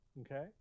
okay